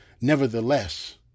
nevertheless